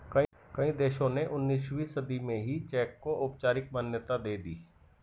कई देशों ने उन्नीसवीं सदी में ही चेक को औपचारिक मान्यता दे दी